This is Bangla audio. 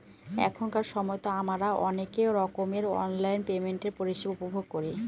এখনকার সময়তো আমারা অনেক রকমের অনলাইন পেমেন্টের পরিষেবা উপভোগ করি